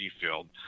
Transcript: field